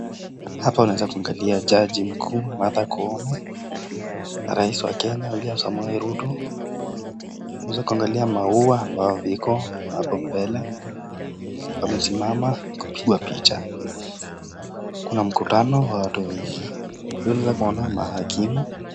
Hapa unaweza kuangalia jaji mkuu Martha Koome na rais wa Kenya William Samoei Ruto. Unaweza kuangalia maua ambayo iko hapo mbele. Wamesimama kupigwa picha. Kuna mkutano wa watu wengi. Pia unaweza kuona mahakimu.